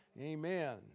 Amen